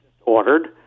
ordered